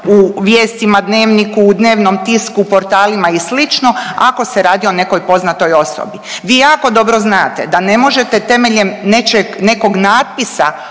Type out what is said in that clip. u vijestima, Dnevniku, u dnevnom tisku, portalima i slično ako se radi o nekoj poznatoj osobi. Vi jako dobro znate da ne možete temeljem nečeg i